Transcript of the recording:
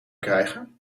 krijgen